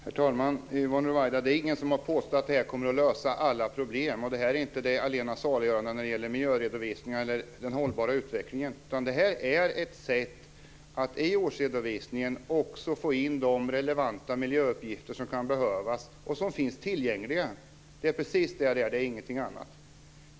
Herr talman! Det är ingen som har påstått att det här kommer att lösa alla problem. Det här är inte det allena saliggörande när det gäller miljöredovisningar eller den hållbara utvecklingen, utan det här är ett sätt att i årsredovisningen också få in de relevanta miljöuppgifter som kan behövas och som finns tillgängliga. Det är precis vad det här är, ingenting annat.